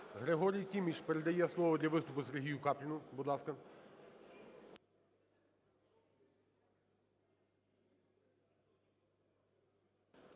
Григорій Тіміш передає слово для виступу Сергію Капліну.